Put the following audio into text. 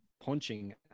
punching